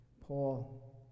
Paul